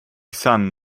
son